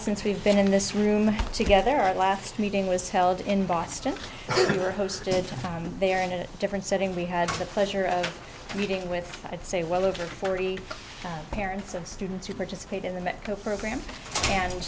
since we've been in this room together our last meeting was held in boston or hosted there in a different setting we had the pleasure of meeting with i'd say well over forty parents and students who participate in the mco program and